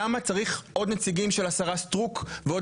למה צריך עוד נציגים של השרה סטרוק ועוד